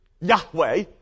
Yahweh